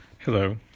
Hello